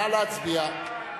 נא להצביע.